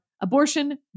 abortion